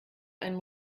einen